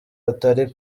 atari